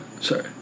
Sorry